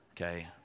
Okay